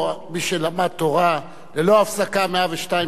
מי שלמד תורה ללא הפסקה 102 שנה,